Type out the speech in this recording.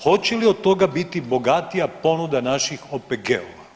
Hoće li od toga biti bogatija ponuda naših OPG-ova?